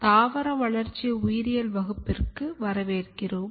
தாவர வளர்ச்சி உயிரியல் வகுப்பிற்கு வரவேற்கிறோம்